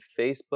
Facebook